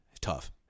tough